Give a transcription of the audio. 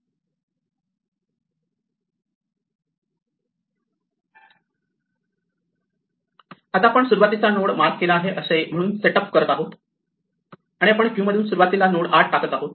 आता आपण सुरुवातीचा नोड मार्क केला आहे असे म्हणून सेट अप करत आहोत आणि आपण क्यू मधून सुरुवातीचा नोड आत टाकत आहोत